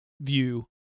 view